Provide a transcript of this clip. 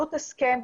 עלות הסכם.